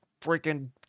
freaking